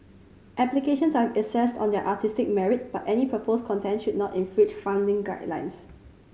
applications are assessed on their artistic merit but any proposed content should not infringe funding guidelines